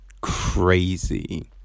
crazy